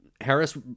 Harris